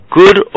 good